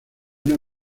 una